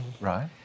Right